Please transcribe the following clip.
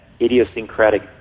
idiosyncratic